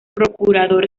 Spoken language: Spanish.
procurador